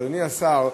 אדוני השר,